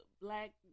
black